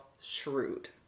shrewd